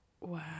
Wow